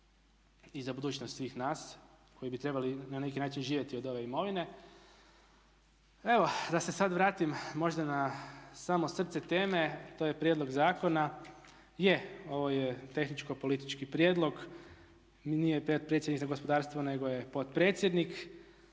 i za budućnost svih nas koji bi trebali na neki način živjeti od ove imovine. Evo da se sad vratim možda na samo srce teme to je prijedlog zakona. Je, ovo je tehničko politički prijedlog. Nije predsjednik za gospodarstvo, nego je potpredsjednik.